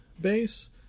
base